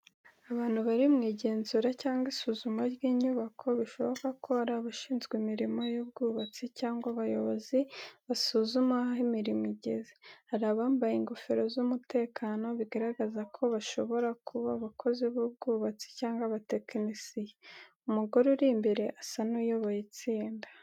Abantu bari mu igenzura cyangwa isuzuma ry’inyubako, bishoboka ko ari abashinzwe imirimo y’ubwubatsi cyangwa abayobozi basuzuma aho imirimo igeze. Hari abambaye ingofero z’umutekano bigaragaza ko bashobora kuba abakozi b’ubwubatsi cyangwa abatekinisiye. Umugore uri imbere asa n’uyoboye itsinda.